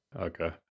okay